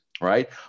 right